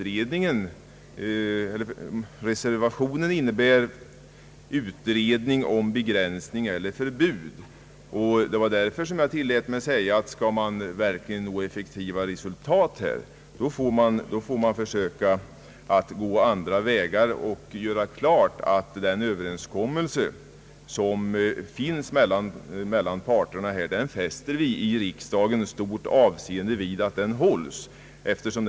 Reservationen innebär utredning om begränsning eller förbud. Därför tillät jag mig säga att om man verkligen här skall nå effektiva resultat, får man försöka gå andra vägar och göra klart att vi i riksdagen fäster stort värde vid att den överenskommelse hålls, som är träffad mellan parterna.